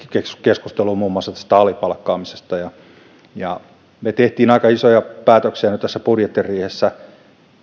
keskusteluun muun muassa tästä alipalkkaamisesta me teimme aika isoja päätöksiä nyt tässä budjettiriihessä en usko että